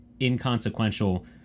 inconsequential